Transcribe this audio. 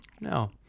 No